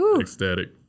ecstatic